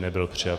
Nebyl přijat.